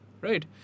Right